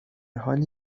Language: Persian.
حالی